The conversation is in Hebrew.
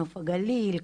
נוף הגליל,